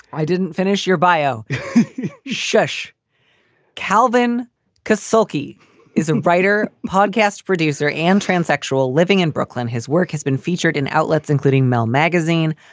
i didn't finish your bio sheshe calvin cause silkie is a writer, podcast producer and transsexual living in brooklyn. his work has been featured in outlets including mel magazine,